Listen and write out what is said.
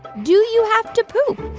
do you have to poop?